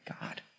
God